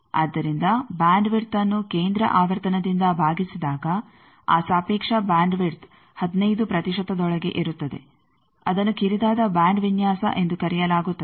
ಆದ್ದರಿಂದ bandwidth ಅನ್ನು ಕೇಂದ್ರ ಆವರ್ತನದಿಂದ ಭಾಗಿಸಿದಾಗ ಆ ಸಾಪೇಕ್ಷ ಬ್ಯಾಂಡ್ ವಿಡ್ತ್ 15 ಪ್ರತಿಶತದೊಳಗೆ ಇರುತ್ತದೆ ಅದನ್ನು ಕಿರಿದಾದ ಬ್ಯಾಂಡ್ ವಿನ್ಯಾಸ ಎಂದು ಕರೆಯಲಾಗುತ್ತದೆ